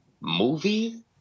movie